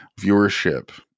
viewership